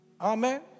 Amen